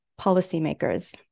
policymakers